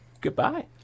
Goodbye